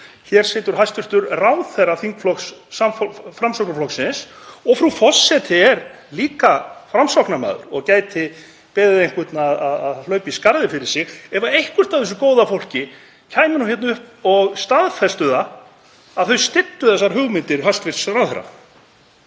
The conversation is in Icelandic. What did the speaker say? Hér situr hæstv. ráðherra þingflokks Framsóknarflokksins og frú forseti er líka Framsóknarmaður og gæti beðið einhvern að hlaupa í skarðið fyrir sig ef eitthvert af þessu góða fólki kæmi hérna upp og staðfesti það að þau styddu þessar hugmyndir hæstv. ráðherra.